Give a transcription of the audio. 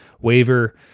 waiver